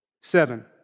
Seven